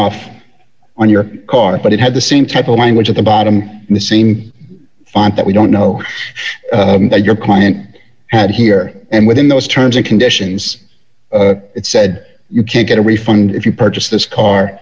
off on your car but it had the same type of language at the bottom and the same that we don't know your client and here and within those terms and conditions it said you can't get a refund if you purchase this car